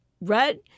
red